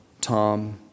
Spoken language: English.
Tom